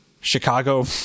Chicago